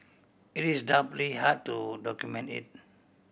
it is doubly hard to document it